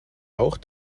auch